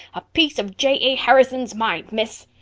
a piece of j. a. harrison's mind, miss.